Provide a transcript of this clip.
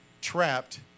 trapped